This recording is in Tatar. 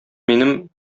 минем